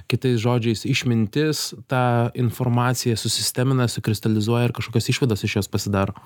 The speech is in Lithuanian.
kitais žodžiais išmintis tą informaciją susistemina sukristalizuoja ir kažkokias išvadas iš jos pasidaro